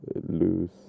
lose